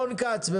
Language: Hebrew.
רון כץ,